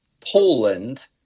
Poland